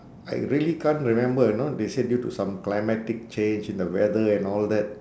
I really can't remember you know they say due to some climatic change in the weather and all that